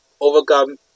overcome